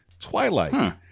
Twilight